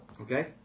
Okay